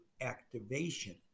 activation